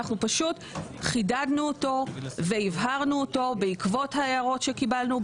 אנחנו פשוט חידדנו אותו והבהרנו אותו בעקבות ההערות שקיבלנו,